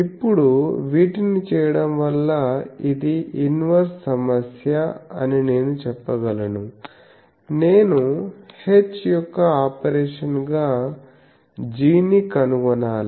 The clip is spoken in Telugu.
ఇప్పుడు వీటిని చేయడం వల్ల ఇది ఇన్వర్స్ సమస్య అని నేను చెప్పగలను నేను h యొక్క ఆపరేషన్ గా g ని కనుగొనాలి